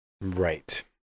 Right